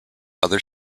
other